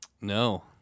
no